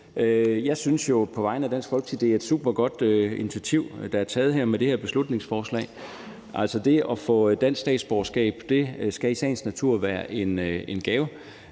Jeg synes jo på vegne af Dansk Folkeparti, at det er et supergodt initiativ, der er taget med det her beslutningsforslag. Altså, det at få dansk statsborgerskab skal i sagens natur være en gave.